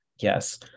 Yes